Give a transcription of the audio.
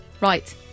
Right